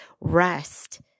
rest